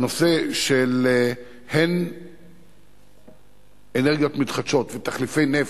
הן בנושא של אנרגיות מתחדשות ותחליפי נפט,